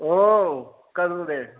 ओह् कदूं दे